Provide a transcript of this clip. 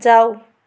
जाऊ